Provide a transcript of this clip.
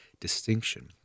distinction